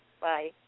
Bye